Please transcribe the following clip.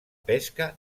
pesca